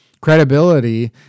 credibility